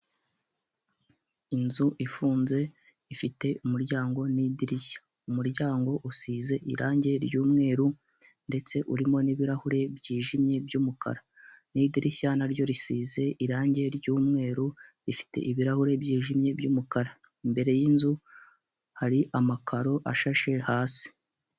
Inzu ifunze ifite umuryango n'idirishya, umuryango usize irange ry'umweru ndetse urimo n'ibirahure byijimye by'umukara n'idirishya na ryo risize irange ry'umweru rifite ibirahuri byijimye by'umukara, imbere y'inzu hari amakaro ashashe hasi.